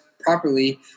properly